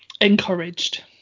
encouraged